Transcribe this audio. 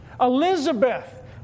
Elizabeth